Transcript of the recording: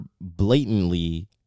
blatantly